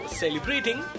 celebrating